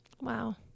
Wow